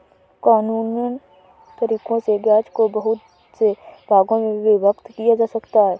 कानूनन तरीकों से ब्याज को बहुत से भागों में विभक्त किया जा सकता है